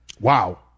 Wow